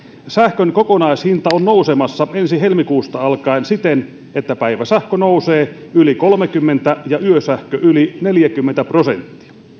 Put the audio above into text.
sähkön kokonaishinta on nousemassa ensi helmikuusta alkaen siten että päiväsähkö nousee yli kolmekymmentä ja yösähkö yli neljäkymmentä prosenttia